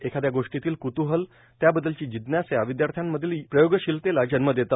एखादया गोष्टीतील कृतूहल त्याबद्दलची जिज्ञासा विदयार्थ्यामधील प्रयोगशीलतेला जन्म देते